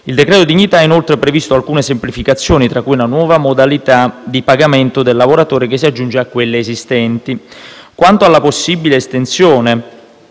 Il decreto dignità ha inoltre previsto alcune semplificazioni tra cui la nuova modalità di pagamento del lavoratore che si aggiunge a quelle esistenti. Quanto alla possibile estensione